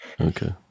Okay